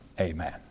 amen